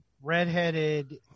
redheaded